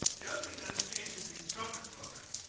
the other thing that has changed is the instructor program.